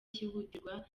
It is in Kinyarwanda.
cyihutirwa